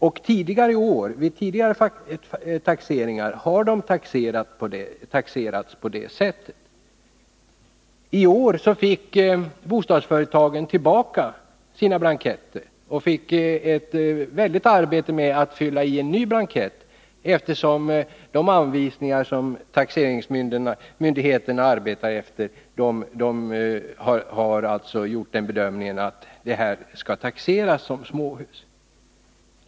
Och vid tidigare taxeringar har de taxerats som hyreshus. I år fick emellertid bostadsföretagen tillbaka sina blanketter, och de förorsakades ett mycket stort arbete med att fylla i en ny blankett, eftersom taxeringsmyndigheterna, i enlighet med de anvisningar som de arbetar efter, hade gjort den bedömningen att husen skulle taxeras som småhus.